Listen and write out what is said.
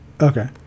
Okay